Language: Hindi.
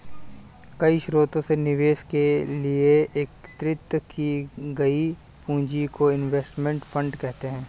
कई स्रोतों से निवेश के लिए एकत्रित की गई पूंजी को इनवेस्टमेंट फंड कहते हैं